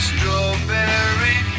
Strawberry